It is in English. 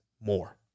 more